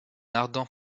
ardent